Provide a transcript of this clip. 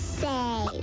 say